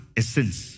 essence